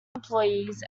employees